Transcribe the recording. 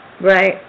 Right